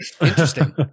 Interesting